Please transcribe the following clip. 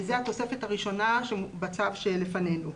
זה התוספת הראשונה בצו שלפנינו.